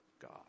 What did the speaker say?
God